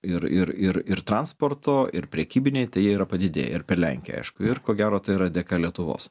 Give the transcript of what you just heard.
ir ir ir ir transporto ir prekybiniai tai jie yra padidėję ir per lenkiją aišku ir ko gero tai yra dėka lietuvos